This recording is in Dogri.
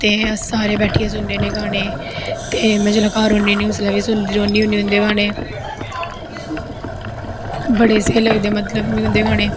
ते अस सारे बैठियै सुनने होने गाने ते में जिसलै घर होनी होनी में उसलै वी सुननी होनी उंदे गानें बड़े स्हेई लगदे मतलव कि उंदे गाने